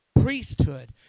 priesthood